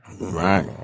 Right